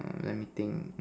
let me think